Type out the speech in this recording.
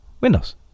Windows